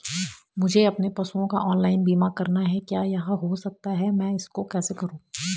मुझे अपने पशुओं का ऑनलाइन बीमा करना है क्या यह हो सकता है मैं इसको कैसे करूँ?